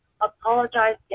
apologize